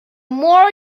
more